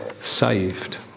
saved